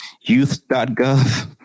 youth.gov